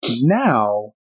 now